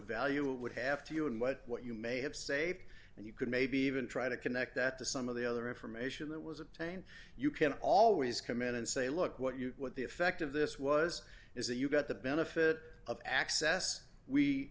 value it would have to you and what what you may have saved and you could maybe even try to connect that to some of the other information that was obtained you can always come in and say look what you what the effect of this was is that you got the benefit of access we